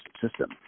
system